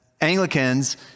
Anglicans